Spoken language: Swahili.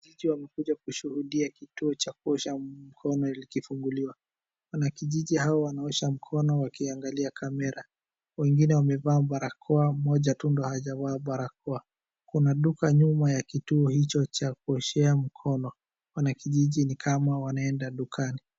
Wanakijiji wamekuja kushuhudia kituo cha kuosha mkono likifunguliwa. Wanakijiji hao wanaosha mikono wakiangalia kamera. Wengine wamevaa barakoa mmoja tu ndo hajavaa barakoa. Kuna duka nyuma ya kituo hicho cha kuoshea mkono. Wanakijiji ni kama wanaenda dukani.